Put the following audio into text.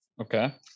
okay